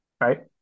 right